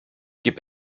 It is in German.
gib